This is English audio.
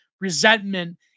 resentment